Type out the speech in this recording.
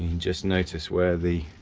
just notice where the